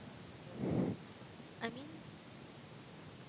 I mean